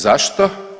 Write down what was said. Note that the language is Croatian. Zašto?